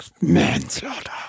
Manslaughter